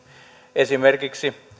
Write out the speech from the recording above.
esimerkiksi